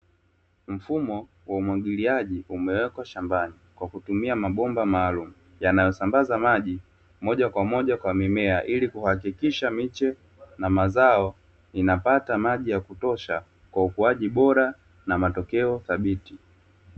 Mfumo wa umwagiliaji umewekwa shambani kwa kutumia mabomba maalumu unasambaza maji moja kwa moja kwa mimea, ili kuhakikisha miche na mazao inapata maji ya kutosha kwa ukuaji bora na matokeo thabiti.